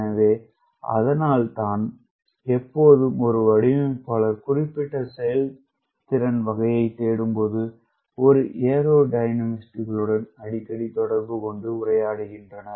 எனவே அதனால்தான் எப்போதும் ஒரு வடிவமைப்பாளர் குறிப்பிட்ட செயல்திறன் வகையைத் தேடும் போது ஒரு ஏரோ டைனமிஸ்டுகளுடன் அடிக்கடி தொடர்பு கொண்டு உரையாடிக்கின்றனர்